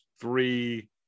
three